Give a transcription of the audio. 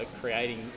creating